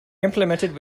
implemented